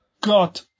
God